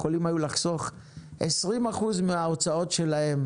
יכולים היו לחסוך 20 אחוז מההוצאות שלהם